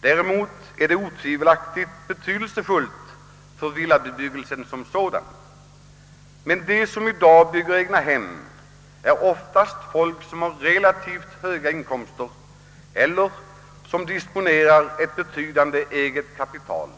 Däremot är stödet otvivelaktigt betydelsefullt för villabebyggelsen i och för sig. De som i dag bygger egnahem är oftast människor som har relativt goda inkomster eller som disponerar ett betydande eget kapital.